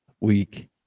week